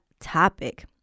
topic